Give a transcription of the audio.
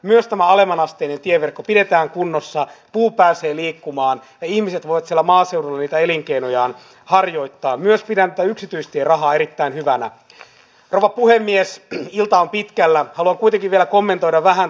edustaja gustafssonhan puhui hallituksen kilpailukykypaketista eli täytyisi keskustella mitä valtiosihteeri sailas kilpailukykypaketista sanoi ja niin kuin tässä myöskin pääministeri sanoi koko ajanhan tässä toivotaan että työmarkkinaosapuolet saisivat tällaisen vastaavan kustannustason alennuksen jollakin muulla keinolla kuin tämän pelkän kilpailukykypaketin avulla